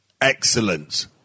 Excellent